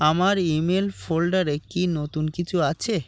আমার ইমেল ফোল্ডারে কি নতুন কিছু আছে